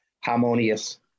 harmonious